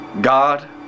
God